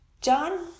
John